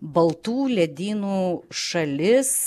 baltų ledynų šalis